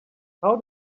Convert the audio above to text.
how